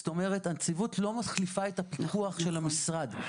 זאת אומרת, הנציבות לא מחליפה את הפיקוח של המשרד.